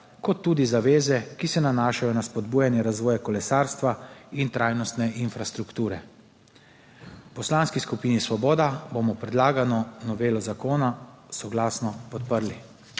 kot tudi zaveze, ki se nanašajo na spodbujanje razvoja kolesarstva in trajnostne infrastrukture. V Poslanski skupini Svoboda bomo predlagano novelo zakona soglasno podprli.